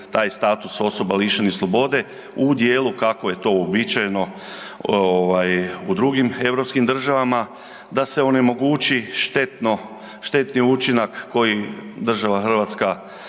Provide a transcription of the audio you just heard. taj status osoba lišenih slobode u dijelu kako je to uobičajeno ovaj u drugim europskim državama da se onemogući štetno, štetni učinak koji država Hrvatska